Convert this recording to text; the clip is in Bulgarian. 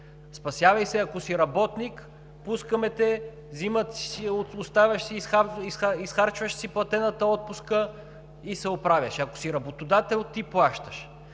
Спасявай се – ако си работник, пускаме те, изхарчваш си платената отпуска и се оправяш, ако си работодател – ти плащаш.